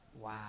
Wow